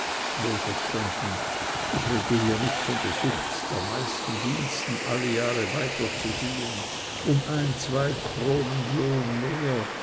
wohlverstanden ich rede hier nicht von der sucht der meisten diensten alle jahre weiterzuziehen um ein zwei kronen lohn mehr